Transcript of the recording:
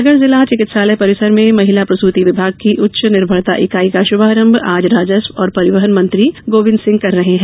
सागर जिला चिकित्सालय परिसर में महिला प्रसूति विभाग की उच्च निर्भरता इकाई का शुभारंभ आज राजस्व और परिवहन मंत्री गोविंद सिंह कर रहे हैं